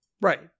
Right